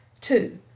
Two